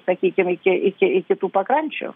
sakykim iki iki iki pakrančių